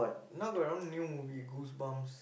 now got one new movie goosebumps